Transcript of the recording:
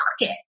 pocket